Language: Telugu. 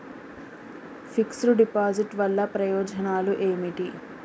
ఫిక్స్ డ్ డిపాజిట్ వల్ల ప్రయోజనాలు ఏమిటి?